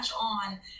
on